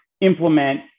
implement